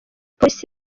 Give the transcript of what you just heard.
polisi